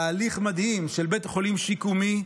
תהליך מדהים של בית חולים שיקומי,